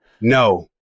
No